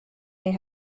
they